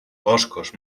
boscos